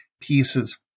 pieces